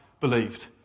believed